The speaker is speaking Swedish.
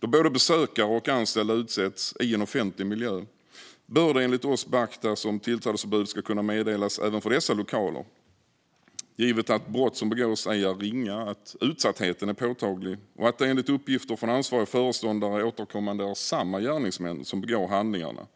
Då både besökare och anställda utsätts i en offentlig miljö bör det enligt oss beaktas om tillträdesförbud ska kunna meddelas även för dessa lokaler givet att brott som begås ej är ringa, att utsattheten är påtaglig och att det enligt uppgifter från ansvariga föreståndare återkommande är samma gärningsmän som begår handlingarna.